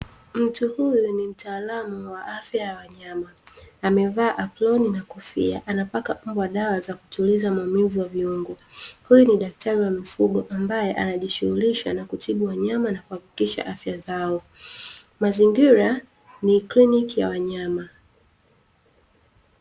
Mtu huyu ni mtaalamu wa afya ya wanyama amevaa aproni na kofia, anampaka mbwa dawa za kutuliza maumivu ya viungo. Huyu ni daktari wa mifugo ambaye anajishughulisha na kutibu wanyama, na kuhakikisha afya zao. Mazingira ni kliniki ya wanyama.